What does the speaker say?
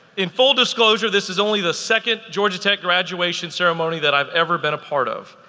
in full disclosure, this is only the second georgia tech graduation ceremony that i've ever been a part of.